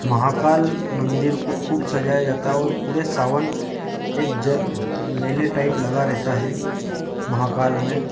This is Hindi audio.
महाकाल मंदिर को खूब सजाया जाता है और पूरे सावन एक ज़ मेले टाइप लगा रहता है महाकाल में